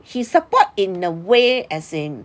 he support in a way as in